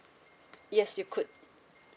yes you could